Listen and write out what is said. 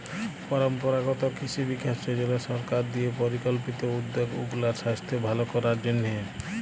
পরম্পরাগত কিসি বিকাস যজলা সরকার দিঁয়ে পরিকল্পিত উদ্যগ উগলার সাইস্থ্য ভাল করার জ্যনহে